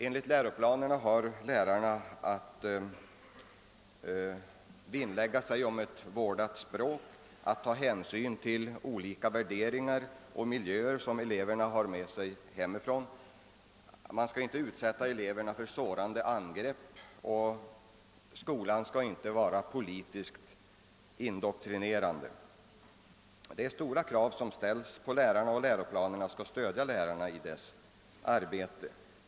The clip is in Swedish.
Enligt dessa har lärarna bl.a. att vinnlägga sig om ett vårdat språk och att ta hänsyn till elevernas olika värderingar som de kan ha från resp. hemmiljöer. Eleverna skall vidare inte utsättas för sårande angrepp, och skolan skall inte vara politiskt indoktrinerad. Det är stora krav som ställs på lärarna och läroplanerna skall stödja dem i deras arbete.